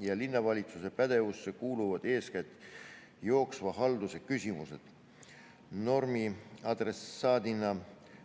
ja linnavalitsuse pädevusse kuuluvad eeskätt jooksva halduse küsimused. Normiadressaadina